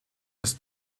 des